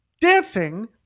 Dancing